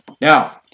Now